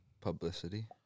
Publicity